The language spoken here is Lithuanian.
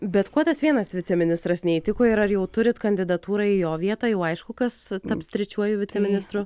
bet kuo tas vienas viceministras neįtiko ir ar jau turit kandidatūrą į jo vietą jau aišku kas taps trečiuoju viceministru